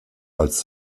als